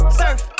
surf